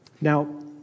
Now